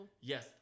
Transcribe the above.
Yes